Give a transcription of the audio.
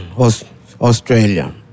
Australia